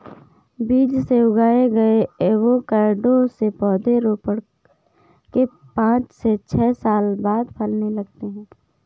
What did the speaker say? बीज से उगाए गए एवोकैडो के पौधे रोपण के पांच से छह साल बाद फलने लगते हैं